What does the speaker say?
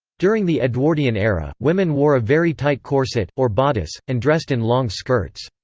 during the edwardian era, women wore a very tight corset, or bodice, and dressed in long skirts.